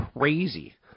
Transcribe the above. crazy